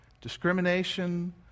discrimination